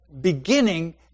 beginning